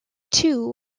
two